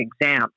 exam